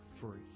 free